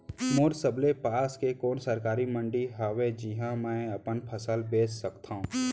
मोर सबले पास के कोन सरकारी मंडी हावे जिहां मैं अपन फसल बेच सकथव?